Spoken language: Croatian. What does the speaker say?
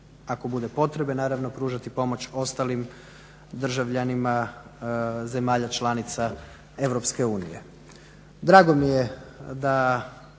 ako bude potrebe naravno pružati pomoć ostalim državljanima zemalja članica EU. Drago mi je da